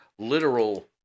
Literal